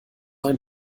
ein